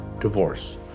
divorce